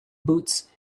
boots